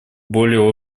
более